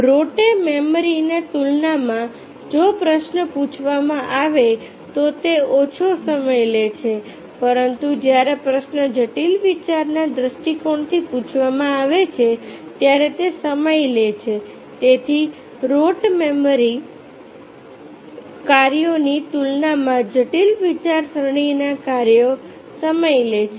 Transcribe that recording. rote મેમરીની તુલનામાં જો પ્રશ્ન પૂછવામાં આવે તો તે ઓછો સમય લે છે પરંતુ જ્યારે પ્રશ્ન જટિલ વિચારના દ્રષ્ટિકોણથી પૂછવામાં આવે છે ત્યારે તે સમય લે છે તેથી રોટ મેમરી કાર્યોની તુલનામાં જટિલ વિચારસરણીના કાર્યો સમય લે છે